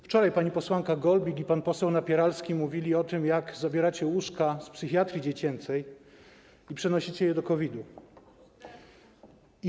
Wczoraj pani posłanka Golbik i pan poseł Napieralski mówili o tym, jak zabieracie łóżka z psychiatrii dziecięcej i przenosicie je do COVID-u.